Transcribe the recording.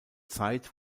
zeit